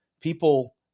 People